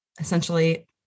essentially